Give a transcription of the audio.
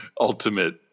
ultimate